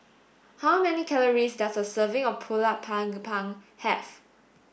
how many calories does a serving of Pulut panggang have